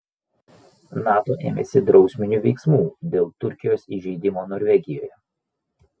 nato ėmėsi drausminių veiksmų dėl turkijos įžeidimo norvegijoje